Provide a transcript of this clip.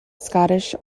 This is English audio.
scottish